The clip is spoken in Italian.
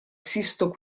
sisto